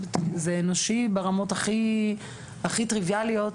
זה אנושי ברמות הכי טריוויאליות,